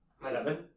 Seven